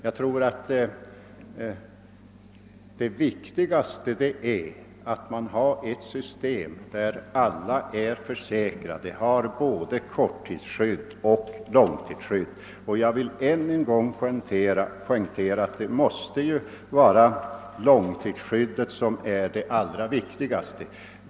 Jag tror att det viktigaste är, att man har ett system där alla är försäkrade, har både korttidsskydd och långtidsskydd. Jag vill än en gång poängtera att det ju måste vara långtidsskyddet som är det allra viktigaste.